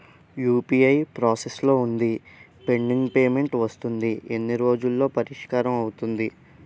UPI process లో వుంది pending payment వస్తుంది ఎన్ని రోజుల్లో పరిష్కారం అవుతుంది